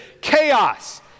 chaos